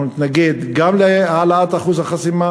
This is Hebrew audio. אנחנו נתנגד גם להעלאת אחוז החסימה